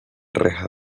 reja